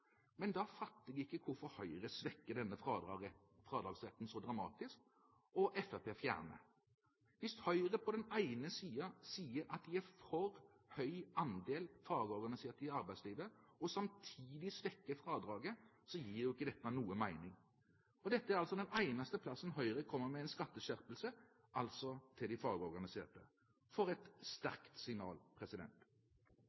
Men da fatter jeg ikke hvorfor Høyre svekker denne fradragsretten så dramatisk, og at Fremskrittspartiet fjerner den. Hvis Høyre på den ene siden sier at de er for høy andel fagorganiserte i arbeidslivet, og samtidig svekker fradraget, gir ikke dette noen mening. Dette er den eneste plassen Høyre kommer med en skatteskjerpelse, altså til de fagorganiserte. For et